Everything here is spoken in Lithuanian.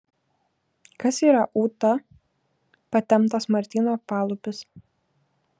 kas yra ūta patemptas martyno palūpis